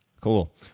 Cool